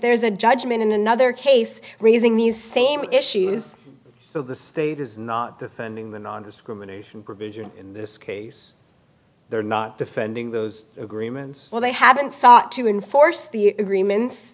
there is a judgment in another case raising these same issues of the state is not defending the nondiscrimination provision in this case they're not defending those agreements well they haven't sought to enforce the agreements